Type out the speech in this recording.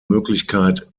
möglichkeit